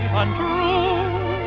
untrue